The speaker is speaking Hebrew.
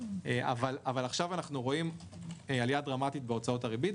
אבל עכשיו אנחנו רואים עלייה דרמטית בהוצאות הריבית,